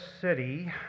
city